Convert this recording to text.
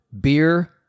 beer